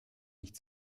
nicht